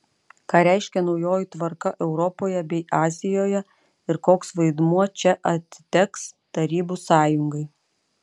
ką reiškia naujoji tvarka europoje bei azijoje ir koks vaidmuo čia atiteks tarybų sąjungai